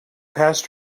passed